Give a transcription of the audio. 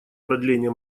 продление